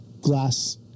glass